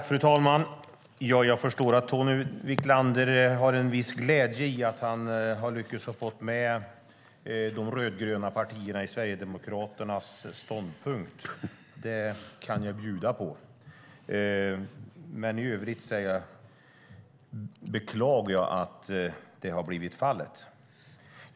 Fru talman! Jag förstår att Tony Wiklander känner en viss glädje i att han har lyckats få med de rödgröna partierna i Sverigedemokraternas ståndpunkt. Det kan jag bjuda på, men i övrigt beklagar jag att så har blivit fallet.